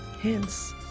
hence